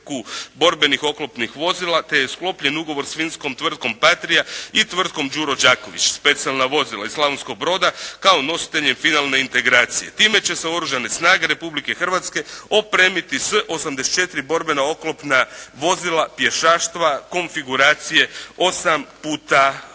borbenih oklopnih vozila, te je sklopljen ugovor s finskom tvrtkom "Patria" i tvrtkom "Đuro Đaković" specijalna vozila iz Slavonskog Broda, kao nositeljem finalne integracije. Time će se Oružane snage Republike Hrvatske opremiti s 84 borbena oklopna vozila, pješaštva, konfiguracije 8 puta 8."